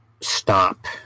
stop